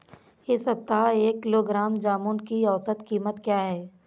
इस सप्ताह एक किलोग्राम जामुन की औसत कीमत क्या है?